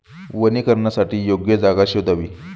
वनीकरणासाठी योग्य जागा शोधावी